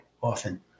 often